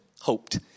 hoped